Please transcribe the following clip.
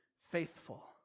faithful